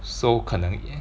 so 可能